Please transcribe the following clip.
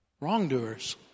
wrongdoers